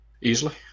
Easily